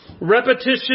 Repetition